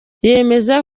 yemeza